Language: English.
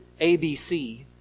ABC